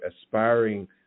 aspiring